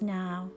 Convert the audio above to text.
now